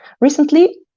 Recently